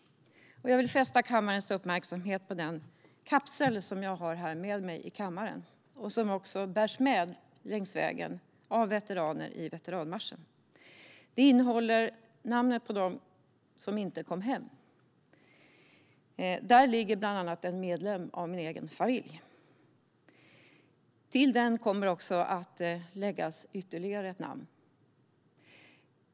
Jag vill fästa kammarens uppmärksamhet på den kapsel som jag har med mig här i kammaren och som bärs med längs vägen av veteraner i veteranmarschen. Den innehåller namnen på dem som inte kom hem, bland annat en medlem av min egen familj. Till den kommer att läggas ytterligare ett namn.